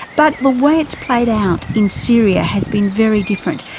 but the way it's played out in syria has been very different.